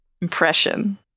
impression